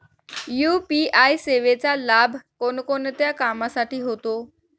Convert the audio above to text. UPI सेवेचा लाभ कोणकोणत्या कामासाठी होतो?